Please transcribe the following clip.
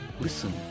Listen